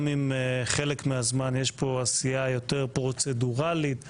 גם אם חלק מהזמן יש פה עשייה יותר פרוצדוראלית ואפורה,